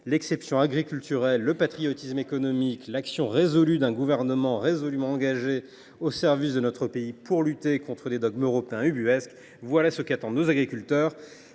L’exception agriculturelle, le patriotisme économique, l’action résolue d’un gouvernement fermement engagé au service de notre pays pour lutter contre des dogmes européens ubuesques, voilà ce qu’attendent nos agriculteurs